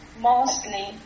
mostly